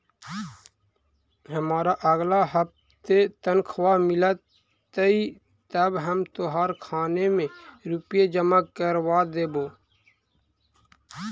हमारा अगला हफ्ते तनख्वाह मिलतई तब हम तोहार खाते में रुपए जमा करवा देबो